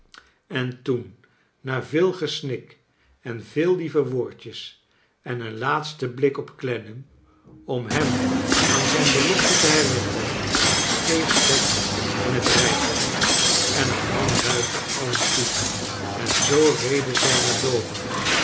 en toen na veel gesnik en veel lieve woordjes en een laatsten blik op clennam om hem aan zijn belofte te herinneren stccg pet in het rijtuig en haar man wuifde alien toe en zoo reden zij naar dover